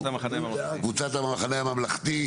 עכשיו קבוצת "המחנה הממלכתי".